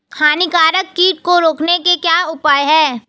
हानिकारक कीट को रोकने के क्या उपाय हैं?